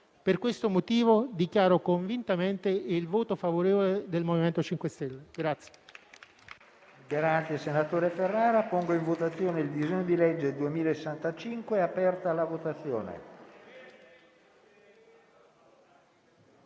Per questo motivo, dichiaro convintamente il voto favorevole del MoVimento 5 Stelle.